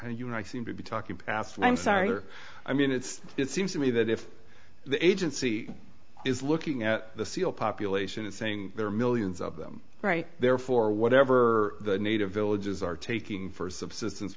and you and i seem to be talking past and i'm sorry er i mean it's it seems to me that if the agency is looking at the seal population and saying there are millions of them right there for whatever the native villages are taking for subsistence